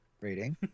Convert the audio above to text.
rating